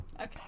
Okay